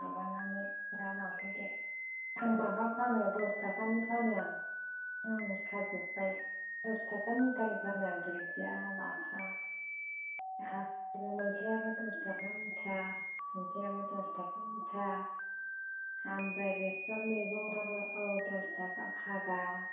माबानानै दा लांफैदो आं माबा फानो दस थाखानि फानो आं खाजोबबाय दस थाखा मुथानि फानो आं दुन्दिया लाफा गासिबो मैथायाबो दस थाखा मुथा मैथायाबो दस थाखा मुथा ओमफ्राय बेसर मैगंआबो औ दस थाखा फागा